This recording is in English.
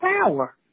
power